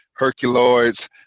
Herculoids